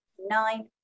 nine